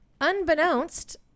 unbeknownst